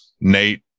nate